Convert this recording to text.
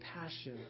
passion